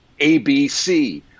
ABC